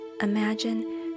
Imagine